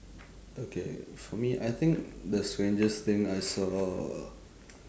okay for me I think the strangest thing I saw